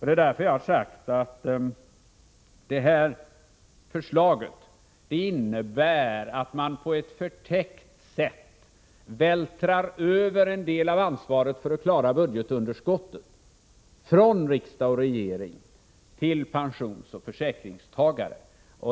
Det är därför jag har sagt att detta förslag innebär att man på ett förtäckt sätt vältrar över en del av ansvaret för att klara budgetunderskottet från riksdag och regering till pensionsoch försäkringstagare.